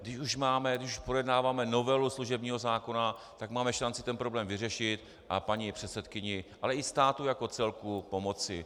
Když už projednáváme novelu služebního zákona, tak máme šanci ten problém vyřešit a paní předsedkyni, ale i státu jako celku pomoci.